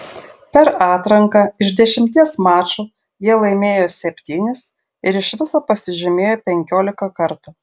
per atranką iš dešimties mačų jie laimėjo septynis ir iš viso pasižymėjo penkiolika kartų